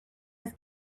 his